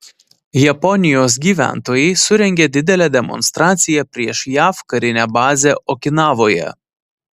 japonijos gyventojai surengė didelę demonstraciją prieš jav karinę bazę okinavoje